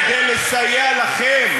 כדי לסייע לכם,